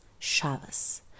Shavas